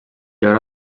haurà